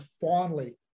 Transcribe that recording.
fondly